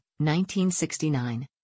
1969